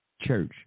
Church